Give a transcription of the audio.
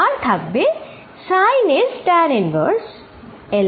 আর থাকবে sin এর tan inverse L2x